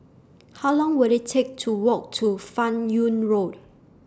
How Long Will IT Take to Walk to fan Yoong Road